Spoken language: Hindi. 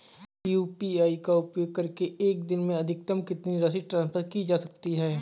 यू.पी.आई का उपयोग करके एक दिन में अधिकतम कितनी राशि ट्रांसफर की जा सकती है?